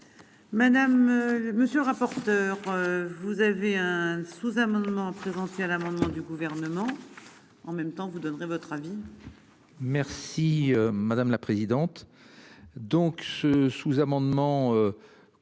Madame, monsieur, rapporteur. Vous avez un sous-amendement présenté à l'amendement du gouvernement en même temps vous donnerez votre avis. Merci madame la présidente.